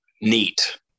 Neat